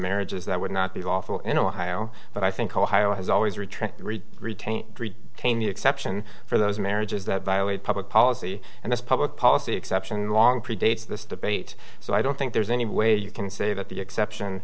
marriages that would not be lawful in ohio but i think ohio has always retracted retain came the exception for those marriages that violate public policy and this public policy exception long predates this debate so i don't think there's any way you can say that the exception